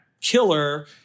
killer